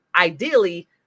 ideally